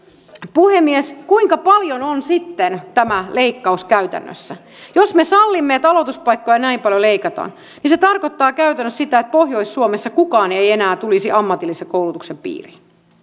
puhemies kuinka paljon on sitten tämä leikkaus käytännössä jos me sallimme että aloituspaikkoja näin paljon leikataan niin se tarkoittaa käytännössä sitä että pohjois suomessa kukaan ei ei enää tulisi ammatillisen koulutuksen piiriin